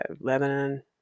lebanon